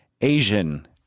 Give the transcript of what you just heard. Asian